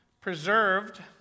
preserved